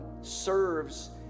serves